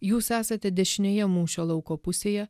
jūs esate dešinėje mūšio lauko pusėje